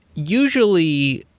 usually,